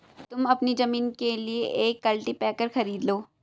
तुम अपनी जमीन के लिए एक कल्टीपैकर खरीद लो